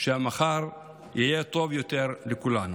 שהמחר יהיה טוב יותר לכולם.